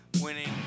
winning